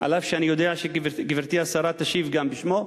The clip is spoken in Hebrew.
אף שאני יודע שגברתי השרה תשיב גם בשמו,